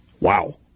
Wow